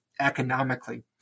economically